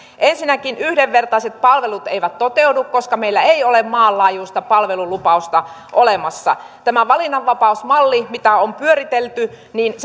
ensinnäkään yhdenvertaiset palvelut eivät toteudu koska meillä ei ole maanlaajuista palvelulupausta olemassa tämä valinnanvapausmalli mitä on pyöritelty